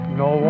no